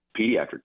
pediatric